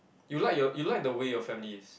you like your you like the way your family is